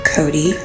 Cody